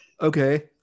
Okay